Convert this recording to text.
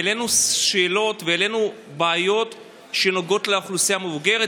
העלינו שאלות ובעיות שנוגעות לאוכלוסייה המבוגרת,